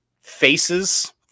faces